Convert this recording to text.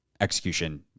execution